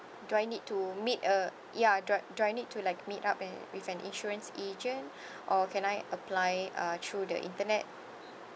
do I need to meet a ya do I do I need to like meet up an with an insurance agent or can I apply uh through the internet